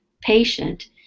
patient